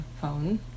phone